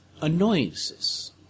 annoyances